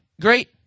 great